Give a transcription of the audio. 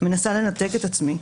מנסה לנתק את עצמי,